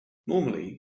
normally